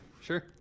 sure